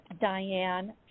Diane